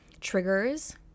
triggers